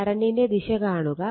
കറണ്ടിന്റെ ദിശ കാണുക